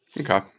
Okay